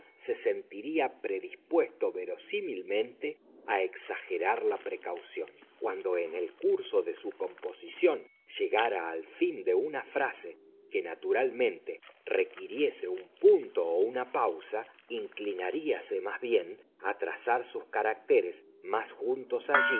se sentiría predispuesto verosímilmente a exagerar la precaución cuando en el curso de su composición llegara al final de una frase que naturalmente requiriese un punto o una pausa inclinaríase más bien a trazar sus caracteres más juntos